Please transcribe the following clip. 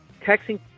texting